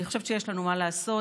אני חושבת שיש לנו מה לעשות,